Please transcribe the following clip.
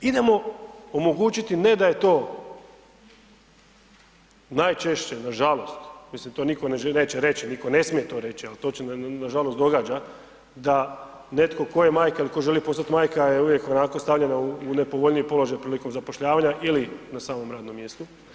Idemo omogućiti ne da je to najčešće nažalost to nitko neće reći, nitko ne smije to reći, al to se nažalost događa da netko tko je majka il tko želi postat majka je uvijek onako stavljena u nepovoljniji položaj prilikom zapošljavanja ili na samom radnom mjestu.